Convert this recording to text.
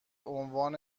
عنوان